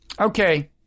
Okay